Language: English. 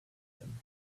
them